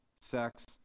sex